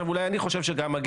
אולי אני חושב שגם מגיע לי?